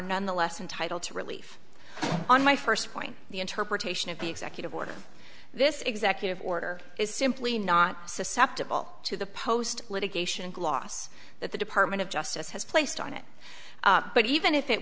nonetheless entitle to relief on my first point the interpretation of the executive order this executive order is simply not susceptible to the post litigation gloss that the department of justice has placed on it but even if it